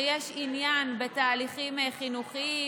שיש עניין בתהליכים חינוכיים,